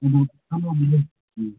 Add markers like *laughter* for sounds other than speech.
ꯎꯝ ꯍꯨꯝ *unintelligible* ꯎꯝ